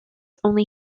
only